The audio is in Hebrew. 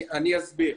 אני אסביר.